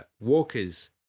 walker's